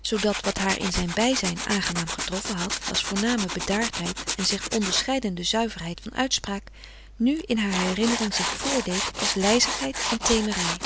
zoodat wat haar in zijn bijzijn aangenaam getroffen had als voorname bedaardheid en zich onderscheidende zuiverheid van uitspraak nu in haar herinnering zich vrdeed als lijzigheid en